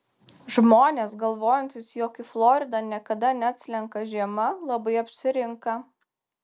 žmonės galvojantys jog į floridą niekada neatslenka žiema labai apsirinka